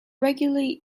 regularly